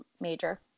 major